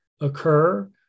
occur